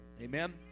Amen